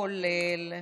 כולל.